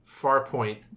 Farpoint